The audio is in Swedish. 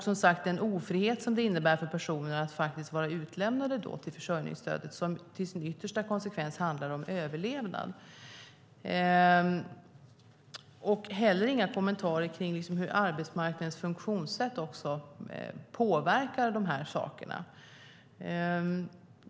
Det innebär som sagt en ofrihet att vara utlämnad till försörjningsstödet, som till sin yttersta konsekvens handlar om överlevnad. Maria Lundqvist-Brömster gav heller inga kommentarer kring hur arbetsmarknadens funktionssätt påverkar de här sakerna.